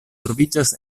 troviĝas